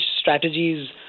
strategies